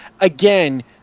again